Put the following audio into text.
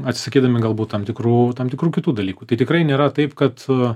atsisakydami galbūt tam tikrų tam tikrų kitų dalykų tai tikrai nėra taip kad a